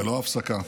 ללא הפסקה.